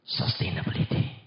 sustainability